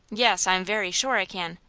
yes, i'm very sure i can!